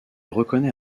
reconnaît